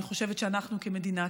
שאני חושבת שאנחנו כמדינה,